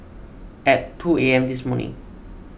at two A M this morning